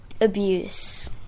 abuse